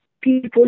people